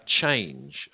change